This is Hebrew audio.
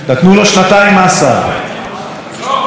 שנתיים המאסר האלה, חברות וחברים,